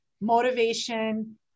motivation